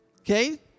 Okay